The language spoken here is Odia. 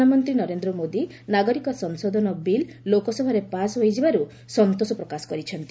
ପ୍ରଧାନମନ୍ତ୍ରୀ ନରେନ୍ଦ୍ର ମୋଦି ନାଗରିକ ସଂଶୋଧନ ବିଲ୍ ଲୋକସଭାରେ ପାସ୍ ହୋଇଯିବାରୁ ସନ୍ତୋଷ ପ୍ରକାଶ କରିଛନ୍ତି